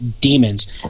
demons